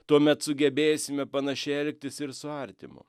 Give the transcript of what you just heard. tuomet sugebėsime panašiai elgtis ir su artimu